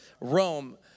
Rome